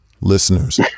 Listeners